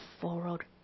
forward